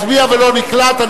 הצביע ולא נקלט.